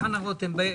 חנה רותם,